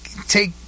Take